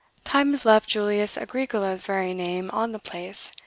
time has left julius agricola's very name on the place.